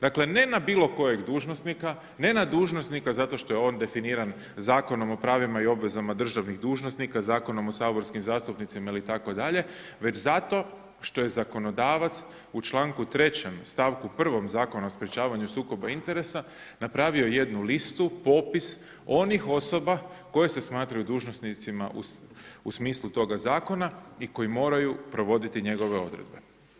Dakle, ne n bilokojeg dužnosnika, ne na dužnosnika zato što je on definiran Zakonom o pravima i obvezama državnih dužnosnika, Zakonom o saborskim zastupnicima itd., već za to što je zakonodavac u članku 3. stavku 1. Zakona o sprječavanju sukoba interesa napravio jednu listu, popis onih osoba koje se smatraju dužnosnicima u smislu toga zakona i koji moraju provoditi njegove odredbe.